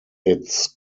its